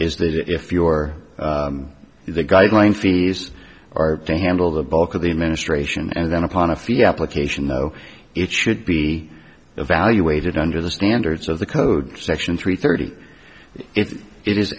is that if your the guideline fees are to handle the bulk of the administration and then upon a fee application though it should be evaluated under the standards of the code section three thirty if it is